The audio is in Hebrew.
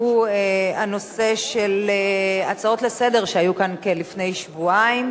הוא הצעות לסדר-היום שהיו כאן לפני כשבועיים,